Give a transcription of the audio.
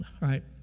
right